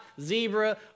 zebra